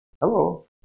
hello